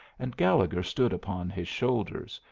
and gallegher stood upon his shoulders,